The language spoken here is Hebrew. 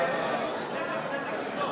סדק סדק תרדוף.